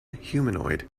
humanoid